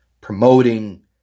promoting